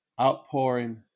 Outpouring